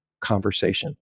conversation